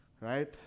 Right